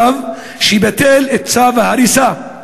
צו שיבטל את צו ההריסה,